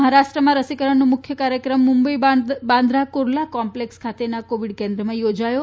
મહારાષ્ટ્રમાં રસીકરણનો મુખ્ય કાર્યક્રમ મુંબઇ બાંદ્રા કુર્લા કોમ્પલેક્ષ ખાતેના કોવિડ કેન્દ્રમાં યોજાયો